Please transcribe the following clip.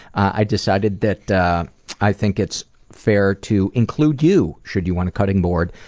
i decided that i think it's fair to include you, should you want a cutting board,